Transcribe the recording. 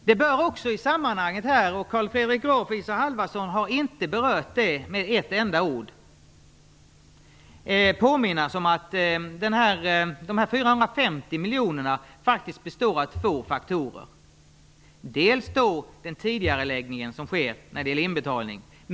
Det bör också i sammanhanget - Carl Fredrik Graf och Isa Halvarsson berörde inte detta med ett enda ord - påminnas om att de 450 miljonerna faktiskt består av två faktorer. Den ena faktorn är den tidigareläggning som sker när det gäller inbetalning.